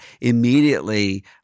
immediately